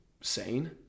Sane